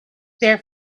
their